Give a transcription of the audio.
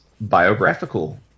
biographical